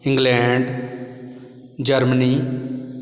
England Germany